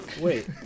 Wait